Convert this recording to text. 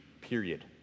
period